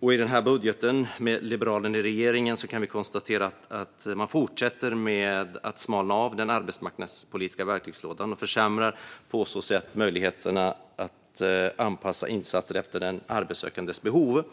I den här budgeten, med Liberalerna i regeringen, kan vi konstatera att man fortsätter att smalna av den arbetsmarknadspolitiska verktygslådan och på så sätt försämra möjligheterna att anpassa insatser efter den arbetssökandes behov.